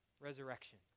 Resurrection